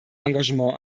engagement